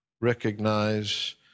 recognize